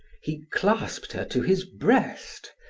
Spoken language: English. he clasped her to his breast.